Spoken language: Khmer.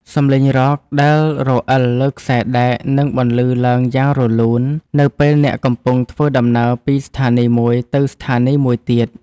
សំឡេងរ៉កដែលរអិលលើខ្សែដែកនឹងបន្លឺឡើងយ៉ាងរលូន នៅពេលអ្នកកំពុងធ្វើដំណើរពីស្ថានីយមួយទៅស្ថានីយមួយទៀត។